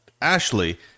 Ashley